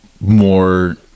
more